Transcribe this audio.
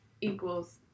equals